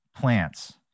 plants